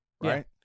right